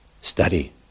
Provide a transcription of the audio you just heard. study